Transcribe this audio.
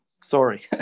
sorry